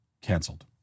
canceled